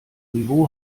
niveau